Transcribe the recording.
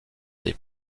des